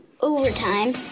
overtime